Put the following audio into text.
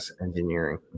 Engineering